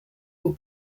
will